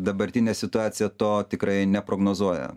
dabartinė situacija to tikrai neprognozuoja